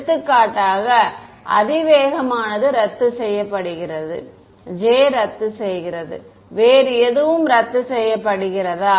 எடுத்துக்காட்டாக அதிவேகமானது ரத்துசெய்யப்படுகிறது j ரத்துசெய்கிறது வேறு எதுவும் ரத்து செய்யப்படுகிறதா